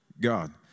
God